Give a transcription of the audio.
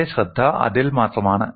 എന്റെ ശ്രദ്ധ അതിൽ മാത്രമാണ്